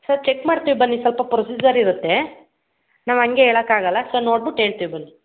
sir check ಮಾಡ್ತೀವಿ ಬನ್ನಿ ಸ್ವಲ್ಪ ಪ್ರೊಸಿಜರ್ ಇರುತ್ತೆ ನಾವು ಹಂಗೇ ಹೇಳೊಕ್ಕಾಗಲ್ಲ ಸೊ ನೋಡ್ಬಿಟ್ ಹೇಳ್ತೀವ್ ಬನ್ನಿ